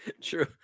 True